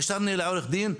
התקשרתי לעורך דין,